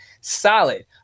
solid